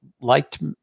liked